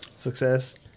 Success